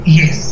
yes